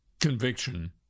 conviction